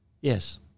Yes